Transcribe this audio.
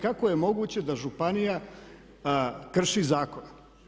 Kako je moguće da županija krši zakon?